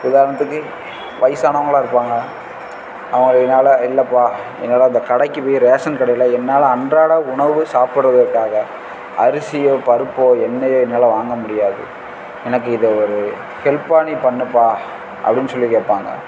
உதாரணத்துக்கு வயதானவங்களா இருப்பாங்க அவங்க என்னால் இல்லைப்பா எங்களால் இந்த கடைக்கு போய் ரேசன் கடையில் என்னால் அன்றாட உணவு சாப்பிடுவதற்காக அரிசியோ பருப்போ எண்ணெயோ என்னால் வாங்க முடியாது எனக்கு இதை ஒரு ஹெல்ப்பாக நீ பண்ணுப்பா அப்படின்னு சொல்லி கேட்பாங்க